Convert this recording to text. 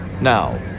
Now